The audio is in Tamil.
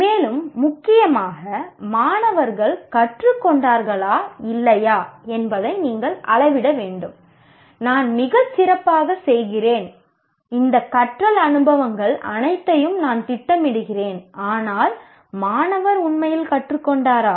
மேலும் முக்கியமாக மாணவர்கள் கற்றுக்கொண்டார்களா இல்லையா என்பதை நீங்கள் அளவிட வேண்டும் நான் மிகச் சிறப்பாகச் செய்கிறேன் இந்த கற்றல் அனுபவங்கள் அனைத்தையும் நான் திட்டமிடுகிறேன் ஆனால் மாணவர் உண்மையில் கற்றுக்கொண்டாரா